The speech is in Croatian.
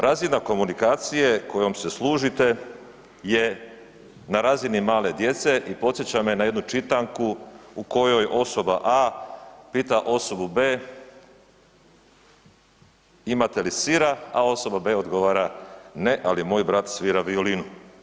Razina komunikacije kojom se služite je na razini male djece i podsjeća me na jednu čitanku u kojoj osoba A pita osobu B, imate li sira, a osoba B odgovara ne, ali moj brat svira violinu.